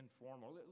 informal